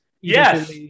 Yes